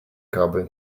carbon